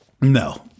No